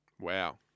Wow